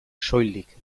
soilik